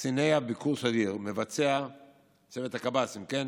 קציני הביקור הסדיר, צוות הקב"סים, כן?